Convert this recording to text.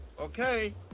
okay